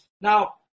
Now